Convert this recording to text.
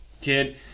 kid